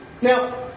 Now